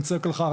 אני צועק לך,